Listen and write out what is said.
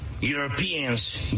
Europeans